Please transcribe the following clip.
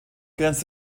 grenzt